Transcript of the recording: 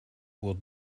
will